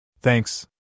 Thanks